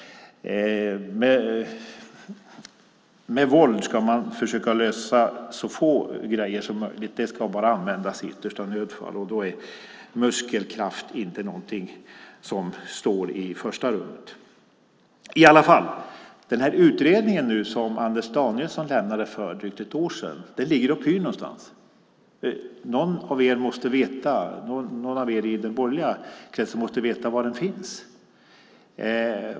Med våld ska man försöka lösa så få saker som möjligt. Våld ska användas bara i yttersta nödfall. Därför är muskelkraft inte något som står i första rummet. Den utredning som Anders Danielsson överlämnade för drygt ett år sedan ligger och pyr någonstans. Någon av er i den borgerliga kretsen måste veta var den finns.